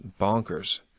bonkers